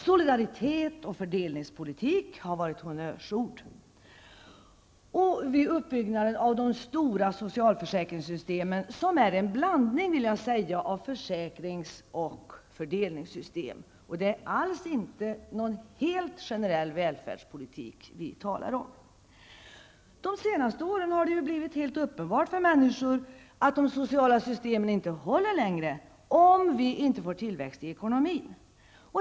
''Solidaritet'' och ''fördelningspolitik'' har varit honnörsord vid uppbyggnaden av de stora socialförsäkringssystemen, som är en blandning, vill jag säga, av försäkrings och fördelningssystem. Det är alltså inte någon helt generell välfärdspolitik vi talar om. Under de senaste åren har det blivit helt uppenbart för människor att de sociala systemen inte håller längre om det inte är tillväxt i ekonomin.